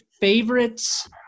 favorites